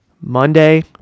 Monday